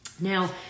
Now